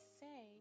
say